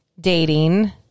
dating